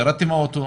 ירדתי מהאוטו,